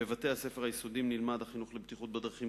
בבתי-הספר היסודיים נלמד החינוך לבטיחות בדרכים